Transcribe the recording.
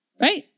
Right